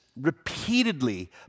repeatedly